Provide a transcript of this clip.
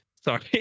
Sorry